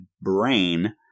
brain